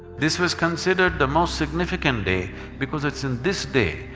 this was considered the most significant day because it's in this day,